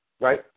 right